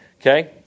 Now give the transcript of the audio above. okay